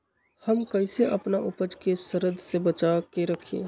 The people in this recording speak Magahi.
हम कईसे अपना उपज के सरद से बचा के रखी?